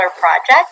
project